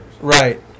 Right